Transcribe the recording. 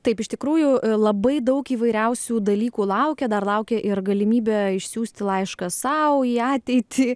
taip iš tikrųjų labai daug įvairiausių dalykų laukia dar laukia ir galimybė išsiųsti laišką sau į ateitį